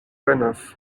venas